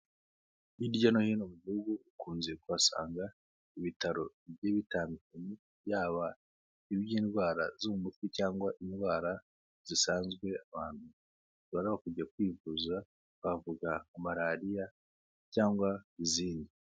Hirya no hino mu gihugu ukunze kuhasanga ibitaro bigiye bitandukanye yaba iby'indwara zo mu mutwe cyangwa indwara zisanzwe, abantu bashobora kujya kwivuza, twavuga nka marariya cyangwa izindi.